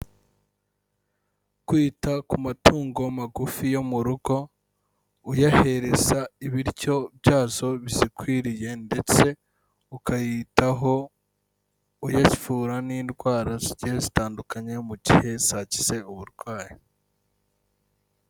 Kwita ku matungo magufi yo mu rugo uyahereza ibiryo byazo bizikwiriye ndetse ukayitaho uyavura n'indwara zigiye zitandukanye mu gihe zagize uburwayi.